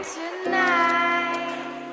tonight